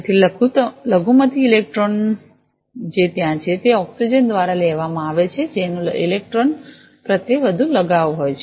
તેથી લઘુમતી ઇલેક્ટ્રોન જે ત્યાં છે તે ઓક્સિજન દ્વારા લેવામાં આવે છે જેનું ઇલેક્ટ્રોન પ્રત્યે વધુ લગાવ હોય છે